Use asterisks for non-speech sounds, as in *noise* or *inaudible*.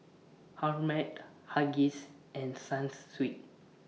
*unintelligible* Huggies and Sunsweet